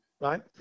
Right